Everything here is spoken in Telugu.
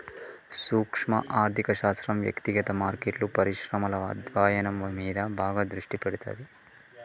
సూక్శ్మ ఆర్థిక శాస్త్రం వ్యక్తిగత మార్కెట్లు, పరిశ్రమల అధ్యయనం మీద బాగా దృష్టి పెడతాది